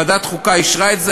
ועדת חוקה אישרה את זה.